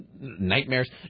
nightmares